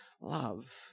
love